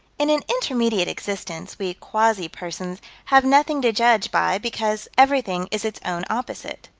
in an intermediate existence, we quasi-persons have nothing to judge by because everything is its own opposite.